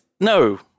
No